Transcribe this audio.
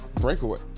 Breakaway